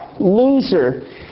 loser